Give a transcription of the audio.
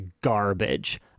garbage